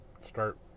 Start